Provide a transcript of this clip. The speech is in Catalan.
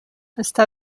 està